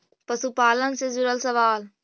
पशुपालन से जुड़ल सवाल?